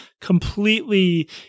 completely